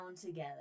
together